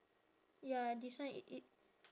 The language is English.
ya this one i~ it